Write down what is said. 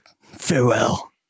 Farewell